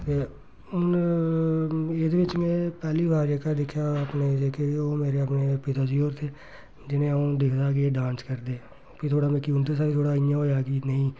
ते हून एह्दे बिच्च में पैह्ली बार जेह्का दिक्खेआ अपने जेह्के ते ओह् मेरे अपने पिता जी होर थे जिनें अ'ऊं दिखदा हा कि डांस करदे हे फ्ही थोह्ड़ा मिकी उंदे शा बी थोह्ड़ा इ'यां होएआ कि नेईं